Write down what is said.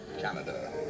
Canada